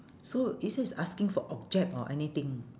so is this asking for object or anything